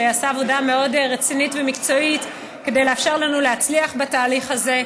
שעשה עבודה רצינית מאוד ומקצועית כדי לאפשר לנו להצליח בתהליך הזה.